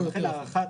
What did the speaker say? הארכת